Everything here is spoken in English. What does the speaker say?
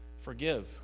Forgive